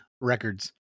records